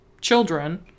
children